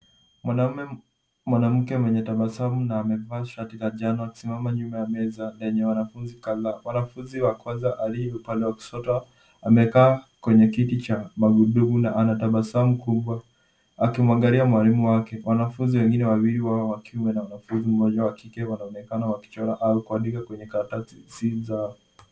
Mwanamke mwenye tabasamu na amevaa shati la njano akisimama nyuma ya meza yenye wanafunzi kadhaa. Wanafunzi wa kwanza aliye upande wa kushoto amekaa kwenye kiti cha magurudumu na anatabasamu kubwa akimwangalia mwalimu wake. Wanafunzi wengine wawili wao wakiwa na wanafunzi mmoja wa kike wanaonekana wakichora au kuandika kwenye karatasi zao.